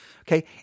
Okay